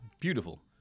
Beautiful